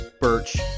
birch